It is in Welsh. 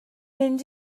mynd